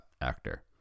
actor